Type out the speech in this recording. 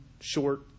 short